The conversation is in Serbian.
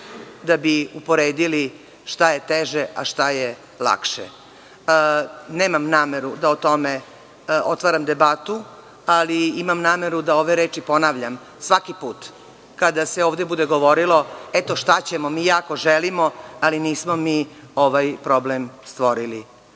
da bi uporedili šta je teže, a šta je lakše. Nemam nameru da o tome otvaram debatu, ali imam nameru da ove reči ponavljam svaki put kada se ovde bude govorilo – eto, šta ćemo, mi jako želimo, ali nismo mi ovaj problem stvorili.